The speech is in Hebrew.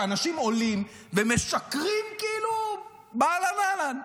שאנשים עולים ומשקרים כאילו באהלן אהלן.